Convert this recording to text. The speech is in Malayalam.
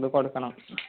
കൊണ്ട് കൊടുക്കണം